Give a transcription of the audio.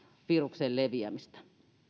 viruksen leviämistä